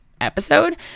episode